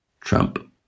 Trump